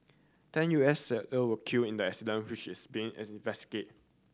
ten U S sailor were killed in the accident which is being investigate